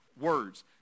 Words